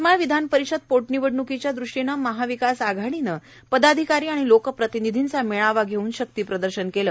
यवतमाळ विधानपरिषद पोटनिवडणूकीच्या दृष्टीने महाविकास आघाडीने पदाधिकारी आणि लोकप्रतिनिधींचा मेळावा घेऊन शक्तीप्रदर्शन केले